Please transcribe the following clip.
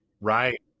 Right